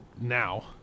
now